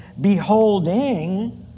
beholding